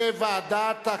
(תיקון,